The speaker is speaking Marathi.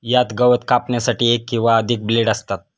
यात गवत कापण्यासाठी एक किंवा अधिक ब्लेड असतात